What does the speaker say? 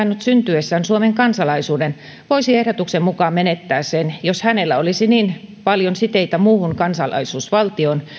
syntyessään suomen kansalaisuuden voisi ehdotuksen mukaan menettää sen jos hänellä olisi niin paljon siteitä muuhun kansalaisuusvaltioon